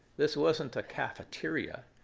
this wasn't a cafeteria.